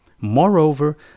Moreover